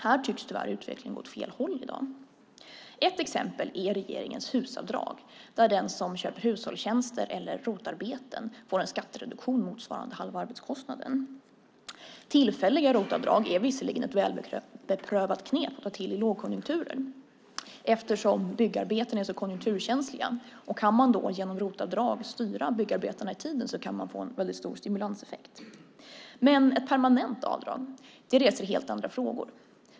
Här tycks tyvärr utvecklingen gå åt fel håll i dag. Ett exempel är regeringens HUS-avdrag, där den som köper hushållstjänster eller ROT-arbeten får en skattereduktion motsvarande halva arbetskostnaden. Tillfälliga ROT-avdrag är visserligen ett välbeprövat knep att ta till i lågkonjunkturer, eftersom byggarbeten är så konjunkturkänsliga. Kan man då genom ROT-avdrag styra byggarbetena i tiden kan man få en mycket stor stimulanseffekt. Men ett permanent avdrag reser helt andra frågor.